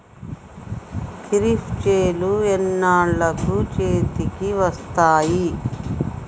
ఖరీఫ్ చేలు ఎన్నాళ్ళకు చేతికి వస్తాయి?